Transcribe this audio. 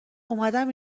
اومدم